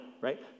right